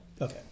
Okay